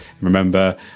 remember